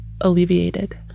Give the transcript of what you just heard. alleviated